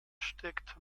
steckt